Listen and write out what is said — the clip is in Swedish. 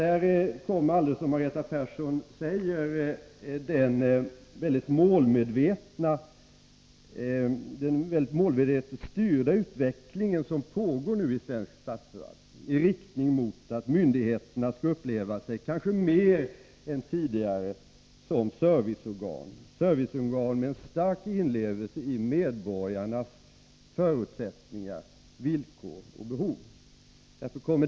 Här kommer — som Margareta Persson säger — in som någonting mycket viktigt den målmedvetet styrda utveckling som nu pågår i svensk statsförvaltning i riktning mot att myndigheterna kanske mer än tidigare skall uppleva sig som serviceorgan med en stark inlevelse i medborgarnas förutsättningar, villkor och behov.